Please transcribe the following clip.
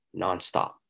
nonstop